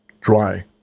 dry